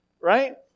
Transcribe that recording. right